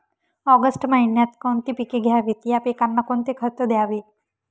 August महिन्यात कोणती पिके घ्यावीत? या पिकांना कोणते खत द्यावे?